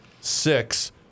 six